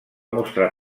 mostrar